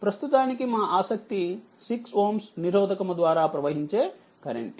ప్రస్తుతానికి మా ఆసక్తి 6Ω నిరోధకము ద్వారా ప్రవహించే కరెంట్